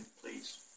please